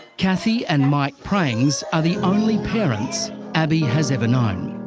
kathy and mike prangs are the only parents abii has ever known.